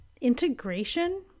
integration